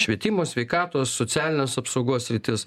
švietimo sveikatos socialinės apsaugos sritis